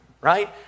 right